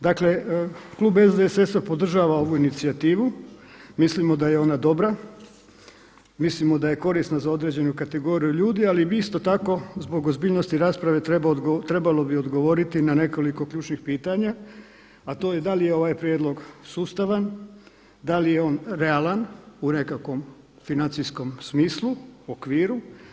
Dakle, klub SDSS-a podržava ovu inicijativu, mislimo da je ona dobra, mislimo da je korisna za određenu kategoriju ljudi, ali bi isto tako zbog ozbiljnosti rasprave trebalo bi odgovoriti na nekoliko ključnih pitanja, a to je da li je ovaj prijedlog sustavan, da li je on realan u nekakvom financijskom smislu, okviru.